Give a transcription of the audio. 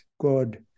god